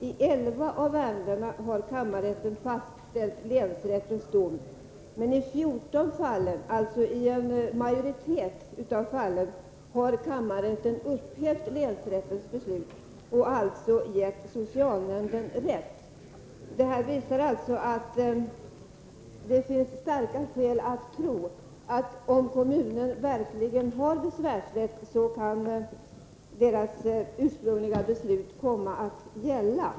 I 11 av ärendena har kammarrätten fastställt länsrättens dom. Men i 14 fall — alltså en majoritet av ärendena — har kammarrätten upphävt länsrättens beslut och således gett socialnämnden rätt. Detta visar att det finns starka skäl att tro att om kommunen verkligen har besvärsrätt kan dess ursprungliga beslut komma att gälla.